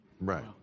Right